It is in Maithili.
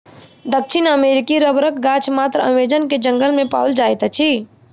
दक्षिण अमेरिकी रबड़क गाछ मात्र अमेज़न के जंगल में पाओल जाइत अछि